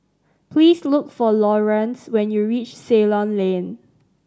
please look for Lawrance when you reach Ceylon Lane